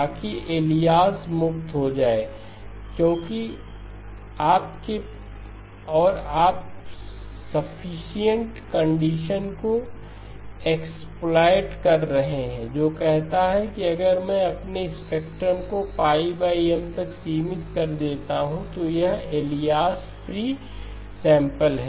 ताकि अलियास मुक्त हो जाए क्योंकि आपके और आप सफिशिएंट कंडीशन को एक्सप्लोइट कर रहे हैं जो कहता है कि अगर मैं अपने स्पेक्ट्रम को πM तक सीमित कर देता हूं तो यह अलियास फ्री सैंपल है